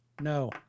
No